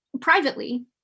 privately